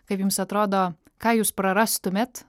kaip jums atrodo ką jūs prarastumėt